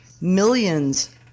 millions